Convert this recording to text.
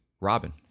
Robin